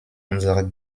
unsere